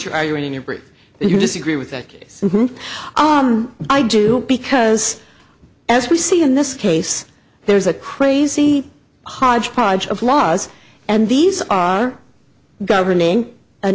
you're arguing in your brief and you disagree with that case i do because as we see in this case there's a crazy hodgepodge of laws and these are governing an